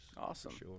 Awesome